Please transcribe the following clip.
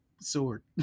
sword